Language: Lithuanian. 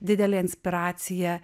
didelė inspiracija